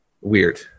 weird